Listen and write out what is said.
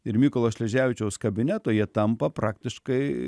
ir mykolo šleževičiaus kabineto jie tampa praktiškai